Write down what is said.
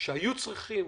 צריכים